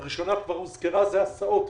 הראשונה, כבר הוזכרה, זה הסעות.